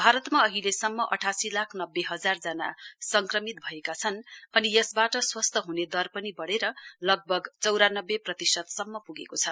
भारतमा अहिलेसम्म अठासी लाख नब्बे हजार जना संक्रमित भएका छन् अनि यसबाट स्वस्थ हने दर पनि बढेर लगभग चौरानब्बे प्रतिशतसम्म प्गेको छ